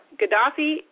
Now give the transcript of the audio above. gaddafi